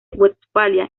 westfalia